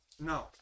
no